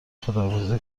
خداحافظی